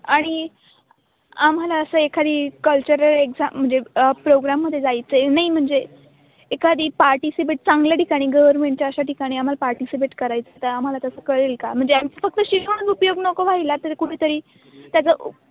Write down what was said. आणि आम्हाला असं एखादी कल्चरल एक्झाम म्हणजे प्रोग्राममध्ये जायचं आहे नाही म्हणजे एखादी पार्टिसिपेट चांगल्या ठिकाणी गव्हर्मेंटच्या अशा ठिकाणी आम्हाला पार्टिसिपेट करायचं तर आम्हाला तसं कळेल का म्हणजे आमचं फक्त शिकूनच उपयोग नको व्हायला तर कुठेतरी त्याचा